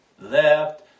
left